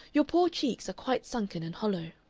your poor cheeks are quite sunken and hollow.